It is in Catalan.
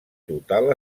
total